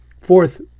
fourth